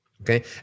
Okay